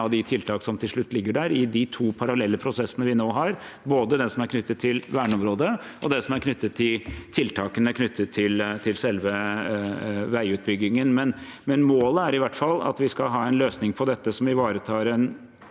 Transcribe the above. av de tiltak som til slutt ligger der i de to parallelle prosessene vi nå har, både det som er knyttet til verneområdet, og det som er knyttet til tiltakene i forbindelse med selve veiutbyggingen. Målet er i hvert fall at vi skal ha en løsning på dette som ivaretar det